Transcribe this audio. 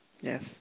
Yes